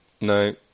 No